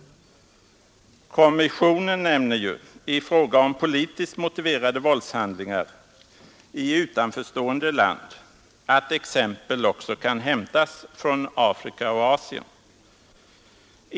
Beträffande politiskt motiverade våldshandlingar i utanförstående land nämner ju kommissionen att exempel också kan hämtas från Afrika och Asien.